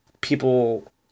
people